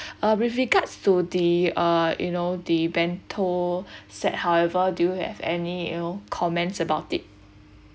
ah with regards to the uh you know the bento set however do you have any you know comments about it